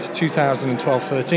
2012-13